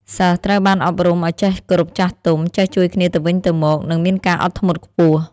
សិស្សត្រូវបានអប់រំឲ្យចេះគោរពចាស់ទុំ ចេះជួយគ្នាទៅវិញទៅមក និងមានការអត់ធ្មត់ខ្ពស់។